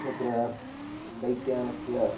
तत्र बैक् यानस्य